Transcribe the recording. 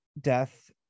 death